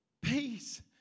Peace